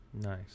Nice